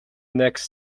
next